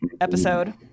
episode